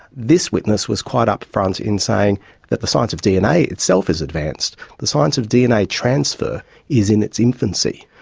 this witness was quite upfront in saying that the science of dna itself is advanced, but the science of dna transfer is in its infancy.